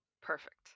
perfect